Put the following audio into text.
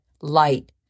light